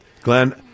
Glenn